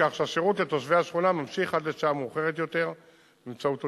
כך שהשירות לתושבי השכונה ממשיך עד לשעה מאוחרת יותר באמצעות אוטובוסים.